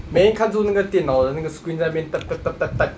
每天看住那个电脑的那个 screen 在那边 type type type type type